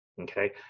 Okay